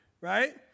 right